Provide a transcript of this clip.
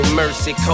mercy